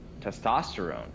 testosterone